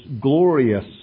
glorious